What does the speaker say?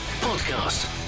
podcast